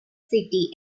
city